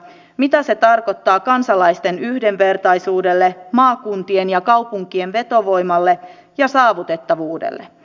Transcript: mitä se tarkoittaa kansalaisten yhdenvertaisuudelle maakuntien ja kaupunkien vetovoimalle ja saavutettavuudelle